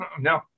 no